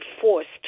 forced